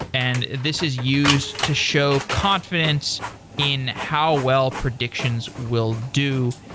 and this is used to show confidence in how well predictions will do.